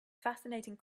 fascinating